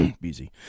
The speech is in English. busy